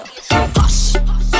Hush